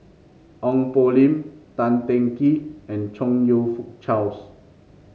Ong Poh Lim Tan Teng Kee and Chong You Fook Charles